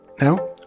Now